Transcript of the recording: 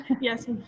Yes